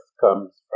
comes